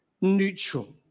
neutral